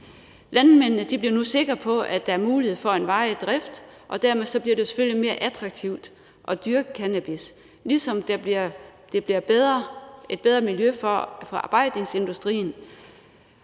Landmændene bliver nu sikre på, at der er mulighed for en varig drift, og dermed bliver det selvfølgelig mere attraktivt at dyrke cannabis, ligesom der bliver et bedre miljø for forarbejdningsindustrien.